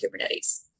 Kubernetes